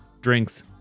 drinks